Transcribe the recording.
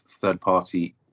third-party